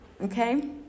okay